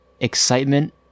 excitement